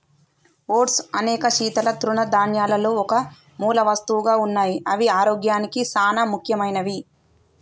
oats అనేక శీతల తృణధాన్యాలలో ఒక మూలవస్తువుగా ఉన్నాయి అవి ఆరోగ్యానికి సానా ముఖ్యమైనవి